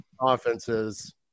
offenses